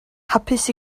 hapus